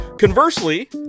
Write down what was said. Conversely